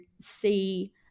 see